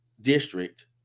district